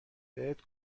بهت